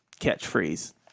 catchphrase